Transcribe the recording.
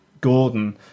gordon